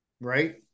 Right